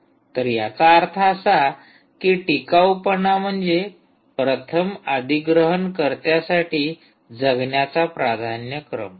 तर याचा अर्थ असा की टिकाऊपणा म्हणजे प्रथम अधिग्रहणकर्त्यासाठी जगण्याचा प्राधान्यक्रम